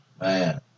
Man